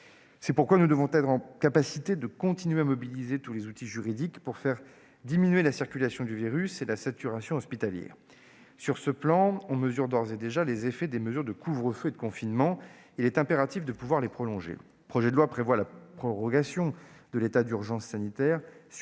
C'est pourquoi nous devons être capables de continuer à mobiliser tous les outils juridiques pour freiner la circulation du virus et stopper la saturation hospitalière. Sur ce plan, nous mesurons d'ores et déjà les effets des mesures de couvre-feu et de confinement. Il est donc impératif de les prolonger. Le projet de loi prévoit la prorogation de l'état d'urgence sanitaire